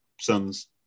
sons